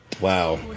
Wow